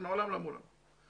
מעולם לא אמרו לנו.